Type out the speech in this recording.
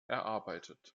erarbeitet